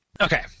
Okay